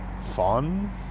fun